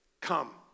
come